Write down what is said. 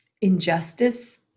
injustice